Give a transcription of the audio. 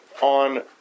on